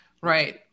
Right